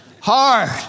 hard